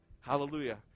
Hallelujah